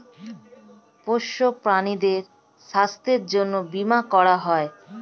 পোষ্য প্রাণীদের স্বাস্থ্যের জন্যে বীমা করা হয়